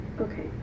Okay